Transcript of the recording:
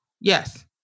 Yes